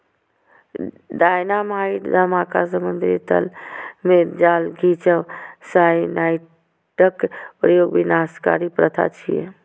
dynamite धमाका, समुद्री तल मे जाल खींचब, साइनाइडक प्रयोग विनाशकारी प्रथा छियै